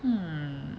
hmm